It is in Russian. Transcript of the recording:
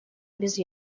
без